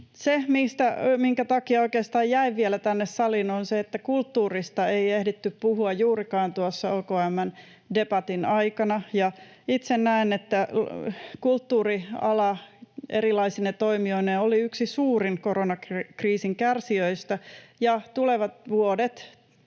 Se, minkä takia oikeastaan jäin vielä tänne saliin, on se, että kulttuurista ei ehditty puhua juurikaan tuossa OKM:n debatin aikana, ja itse näen, että kulttuuriala erilaisine toimijoineen oli yksi suurin koronakriisin kärsijöistä ja tulevat vuodet,